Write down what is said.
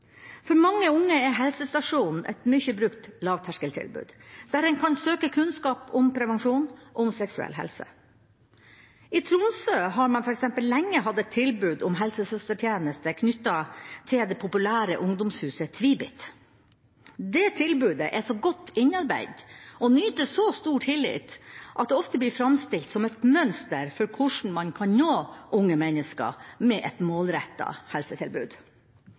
For mange unge er helsestasjonen et mye brukt lavterskeltilbud, der en kan søke kunnskap om prevensjon og seksuell helse. I Tromsø har man f.eks. lenge hatt et tilbud om helsesøstertjeneste knyttet til det populære ungdomshuset Tvibit. Det tilbudet er så godt innarbeidet og nyter så stor tillit at det ofte blir framstilt som et mønster for hvordan man kan nå unge mennesker med et målrettet helsetilbud.